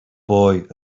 boy